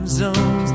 zones